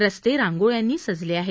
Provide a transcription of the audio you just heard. रस्ते रांगोळ्यांनी सजले आहेत